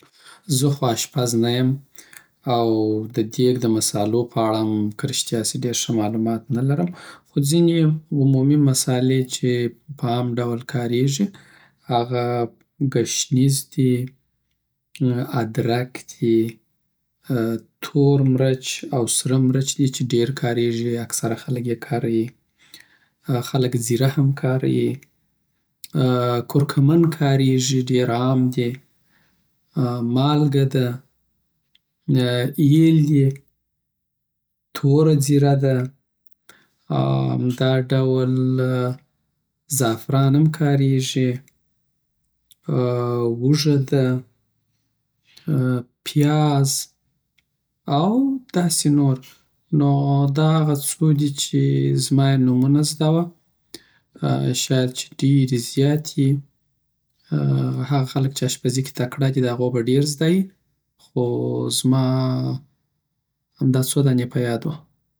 زه خو اشپز نیم او د دیګ دمصالو په اړه هم چندان معلومات نلرم خو ځینی یی عمومی مصالی چی په عام ډول کاریږی هغه کشنیز دی ادرک دی تور مرچ او سره مرچ دی چی ډیر کاریږی، اکثره خلګ یی کاره یی خلګ ځیره هم کاره یی کورکمن کاریږی ډیرعام دی مالګه ده ییل دی توره ځیره ده او همدا ډول زافران هم کاریږی ووږه ده پیاز او داسی نور نو دا هغه څو دی چی زمایی نومونه زده وه هغه خلګ چی اشپزی کی تکړه دی دهغو به ډیر زده یی شاید چی ډیری زیاتی یی خو زما همدا څو دانی په یاد وه